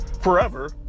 forever